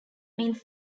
means